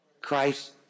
Christ